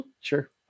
Sure